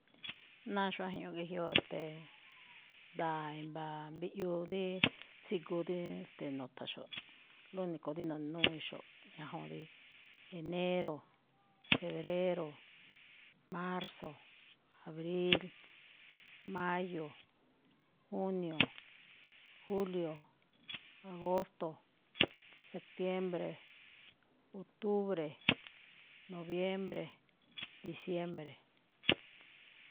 Ná xuajñuꞌ ge̱jyoꞌ, ste̱e̱, nda̱a̱ i̱mba̱a̱ mbiꞌyuu díí tsigu dí, e̱ste̱e̱, tsigu dí nu̱tha̱nxo̱ꞌ, lo único de no̱ne̱núwíinxo̱ꞌ ñajuun dí enero, febrero, marzo, abril, mayo, junio, julio, agosto, septiembre, octubre, noviembre, diciembre.